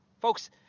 Folks